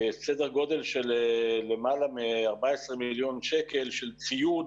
סדר גודל של למעלה מ-14 מיליון שקל, של ציוד,